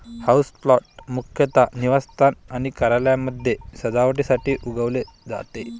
houseplant मुख्यतः निवासस्थान आणि कार्यालयांमध्ये सजावटीसाठी उगवले जाते